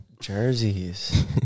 jerseys